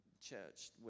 church